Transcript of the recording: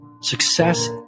Success